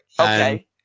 Okay